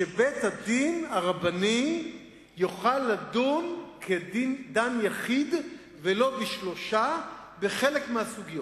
שבית-הדין הרבני יוכל לדון כדן יחיד ולא בשלושה בחלק מהסוגיות.